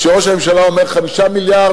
כשראש הממשלה אומר 5 מיליארד,